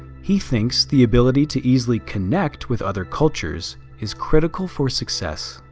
he thinks the ability to easily connect with other cultures is critical for success.